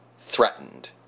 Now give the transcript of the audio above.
threatened